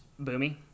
Boomy